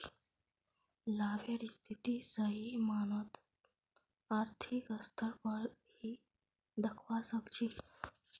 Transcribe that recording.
लाभेर स्थिति सही मायनत आर्थिक स्तर पर ही दखवा सक छी